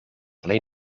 alleen